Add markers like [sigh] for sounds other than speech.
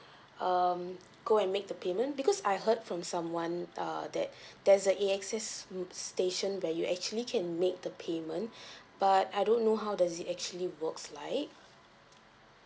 um go and make the payment because I heard from someone err that [breath] there's a A_X_S m~ station where you actually can make the payment [breath] but I don't know how does it actually works like